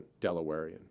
Delawarean